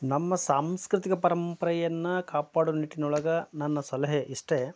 ನಮ್ಮ ಸಾಂಸ್ಕೃತಿಕ ಪರಂಪರೆಯನ್ನ ಕಾಪಾಡು ನಿಟ್ಟಿನೊಳಗೆ ನನ್ನ ಸಲಹೆ ಇಷ್ಟೇ